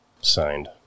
Signed